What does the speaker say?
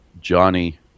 Johnny